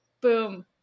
Boom